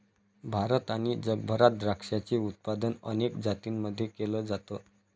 भारत आणि जगभरात द्राक्षाचे उत्पादन अनेक जातींमध्ये केल जात